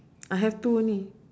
I have two only